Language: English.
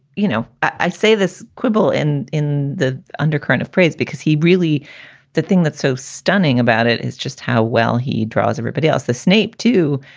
you know, i say this quibble and in the undercurrent of praise, because he really the thing that's so stunning about it is just how well he draws everybody else the snape, too.